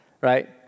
right